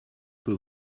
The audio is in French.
peu